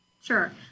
Sure